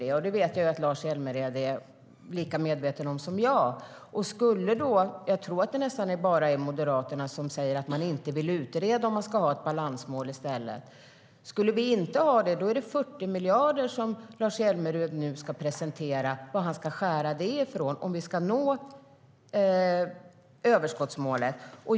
Det vet jag att Lars Hjälmered är lika medveten om som jag. Men jag tror att det bara är Moderaterna som säger att de inte vill utreda om vi ska ha ett balansmål i stället. Skulle vi inte ha det är det 40 miljarder som Lars Hjälmered nu ska presentera var någonstans de ska skäras ned om vi ska nå överskottsmålet.